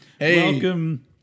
Welcome